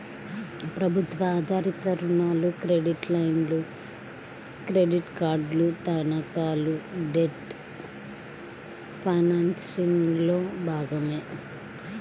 ప్రభుత్వ ఆధారిత రుణాలు, క్రెడిట్ లైన్లు, క్రెడిట్ కార్డులు, తనఖాలు డెట్ ఫైనాన్సింగ్లో భాగమే